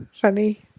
funny